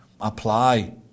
apply